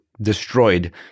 destroyed